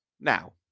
Now